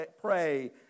pray